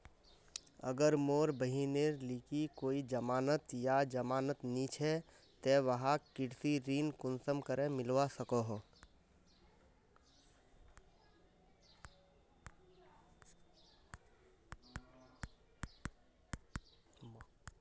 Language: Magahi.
अगर मोर बहिनेर लिकी कोई जमानत या जमानत नि छे ते वाहक कृषि ऋण कुंसम करे मिलवा सको हो?